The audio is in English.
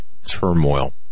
turmoil